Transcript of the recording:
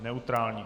Neutrální.